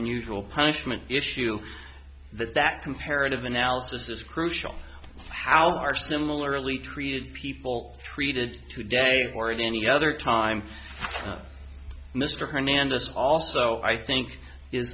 unusual punishment issue that that comparative analysis is crucial how are similarly treated people treated today or in any other time mr hernandez also i think i